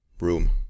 room